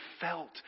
felt